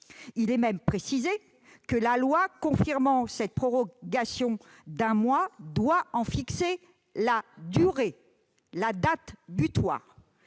Il y est aussi précisé que la loi, confirmant cette prorogation d'un mois, doit en fixer la date butoir.